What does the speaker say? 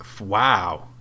Wow